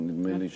ונדמה לי,